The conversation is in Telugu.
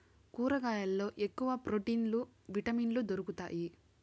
కూరగాయల్లో ఎక్కువ ప్రోటీన్లు విటమిన్లు దొరుకుతాయి